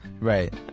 Right